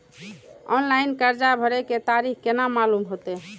Online कर्जा भरे के तारीख केना मालूम होते?